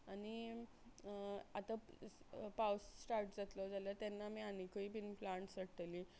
आनी आतां पावस स्टार्ट जातलो जाल्यार तेन्ना आमी आनीकूय बीन प्लांट्स हाडटली